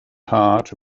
heart